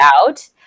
out